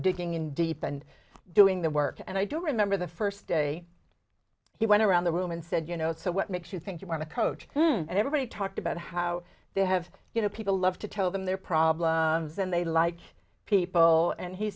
digging in deep and doing the work and i do remember the first day he went around the room and said you know so what makes you think you want to coach and everybody talked about how they have you know people love to tell them their problems and they like people and he